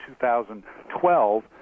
2012